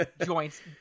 joints